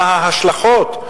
מה ההשלכות,